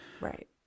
Right